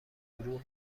گروه